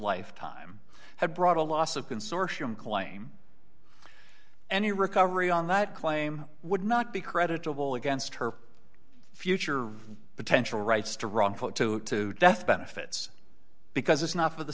life time had brought a loss of consortium claim any recovery on that claim would not be creditable against her future potential rights to run put to death benefits because it's not for the